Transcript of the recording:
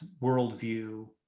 worldview